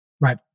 right